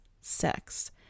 sex